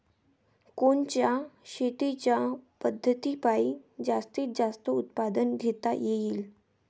कोनच्या शेतीच्या पद्धतीपायी जास्तीत जास्त उत्पादन घेता येईल?